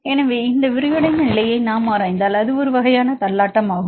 எனவே இந்த விரிவடைந்த நிலையை நாம் ஆராய்ந்தால் அது ஒரு வகையான தள்ளாட்டம் ஆகும்